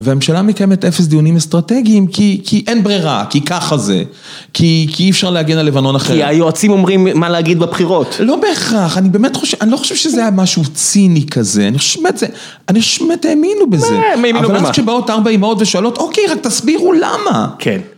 והממשלה מקיימת אפס דיונים אסטרטגיים, כי אין ברירה, כי ככה זה, כי אי אפשר להגן על לבנון אחרת. כי היועצים אומרים מה להגיד בבחירות. לא בהכרח, אני באמת חושב, אני לא חושב שזה היה משהו ציני כזה, אני שומע את זה, אני שמע, תאמינו בזה. מה, תאמינו במה? אבל אז כשבאות ארבע אמהות ושואלות, אוקיי, רק תסבירו למה. כן.